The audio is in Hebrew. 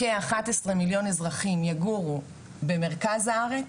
כ- 11 מיליון אזרחים יגורו במרכז הארץ,